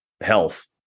health